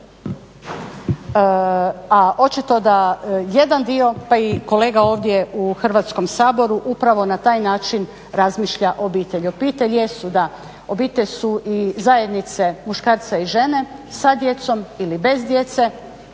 a očito da jedan dio pa i kolega ovdje u Hrvatskom saboru upravo na taj način razmišlja o obitelji. Obitelj su i zajednice muškarca i žene, sa djecom ili bez djece,